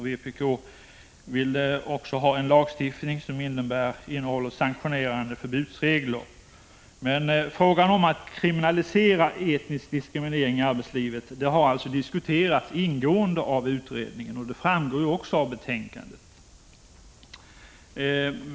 Vpk vill ha en lagstiftning som innehåller sanktionerande förbudsregler. Frågan om kriminalisering av etnisk diskriminering i arbetslivet har alltså ingående diskuterats av utredningen, vilket också framgår av betänkandet.